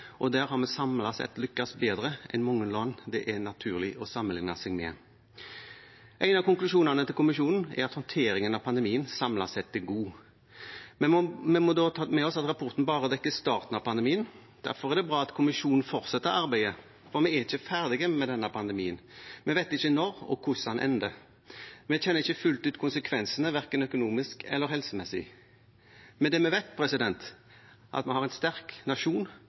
og der har vi samlet sett lyktes bedre enn mange land det er naturlig å sammenligne seg med. En av konklusjonene til kommisjonen er at håndteringen av pandemien samlet sett er god. Vi må da ta med oss at rapporten bare dekker starten av pandemien. Derfor er det bra at kommisjonen fortsetter arbeidet. Vi er ikke ferdig med denne pandemien. Vi vet ikke når og hvordan den ender. Vi kjenner ikke fullt ut konsekvensene verken økonomisk eller helsemessig. Det vi vet, er at vi har en sterk nasjon